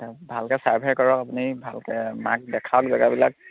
ভালকে চাৰ্ভে কৰক আপুনি ভালকে মাক দেখাওক জেগাবিলাক